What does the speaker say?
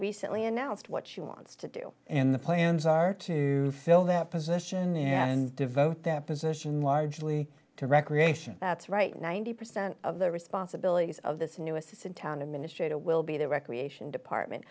recently announced what she wants to do in the plans are to fill that position and devote that position largely to recreation that's right ninety percent of the responsibilities of this new assistant town administrator will be the recreation department